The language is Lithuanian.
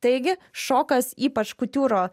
taigi šokas ypač kutiūro